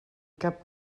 cap